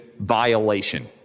violation